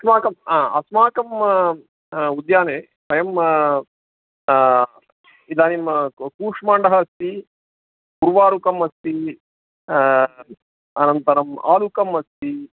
अस्माकम् अस्माकम् उद्याने वयम् इदानीं कूष्माण्डः अस्ति उर्वारुकम् अस्ति अनन्तरम् आलुकम् अस्ति